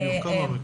היו כמה מקרים,